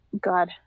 god